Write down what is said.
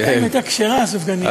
השאלה אם הייתה כשרה, הסופגנייה.